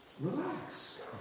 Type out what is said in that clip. Relax